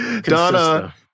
Donna